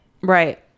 right